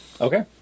Okay